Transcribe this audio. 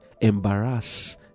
embarrass